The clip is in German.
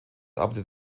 arbeitet